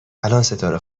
ستاره